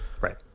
Right